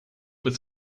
was